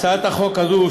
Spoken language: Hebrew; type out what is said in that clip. הצעת החוק הזו,